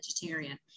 vegetarian